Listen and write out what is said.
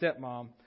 stepmom